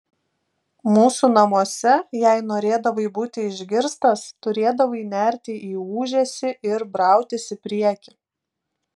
mūsų namuose jei norėdavai būti išgirstas turėdavai nerti į ūžesį ir brautis į priekį